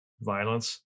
violence